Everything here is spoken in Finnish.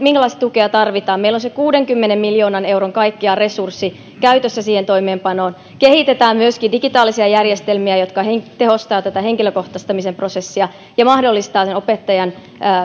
minkälaista tukea tarvitaan meillä on kaikkiaan kuudenkymmenen miljoonan euron resurssi käytössä siihen toimeenpanoon kehitetään myöskin digitaalisia järjestelmiä jotka tehostavat tätä henkilökohtaistamisen prosessia ja mahdollistavat opettajan